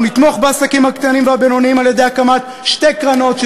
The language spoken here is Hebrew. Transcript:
אנחנו נתמוך בעסקים הקטנים והבינוניים על-ידי הקמת שתי קרנות,